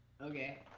Okay